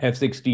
F-16